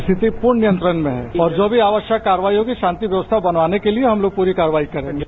स्थिति पूर्ण नियंत्रण में है और जो भी आवश्यक कार्रवाई होगी शांति व्यवस्था बनवाने के लिए हम लोग पूरी कार्रवाई करेंगे